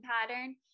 pattern